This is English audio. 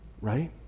Right